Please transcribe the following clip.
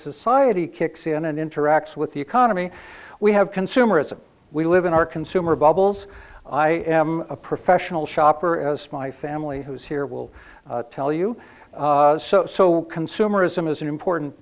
society kicks in and interacts with the economy we have consumerism we live in our consumer bubbles i am a professional shopper as my family who's here will tell you so consumerism is an important